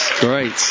Great